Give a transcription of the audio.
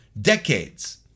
decades